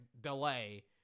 delay